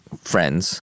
friends